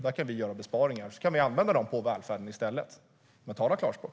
Där vill vi göra besparingar och i stället använda pengarna till välfärd. Men tala klarspråk!